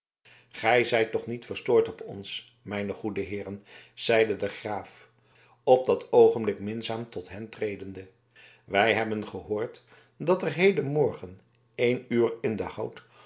gij zijt toch niet verstoord op ons mijne goede heeren zeide de graaf op datzelfde oogenblik minzaam tot hen tredende wij hebben gehoord dat er hedenmorgen een uwer in den hout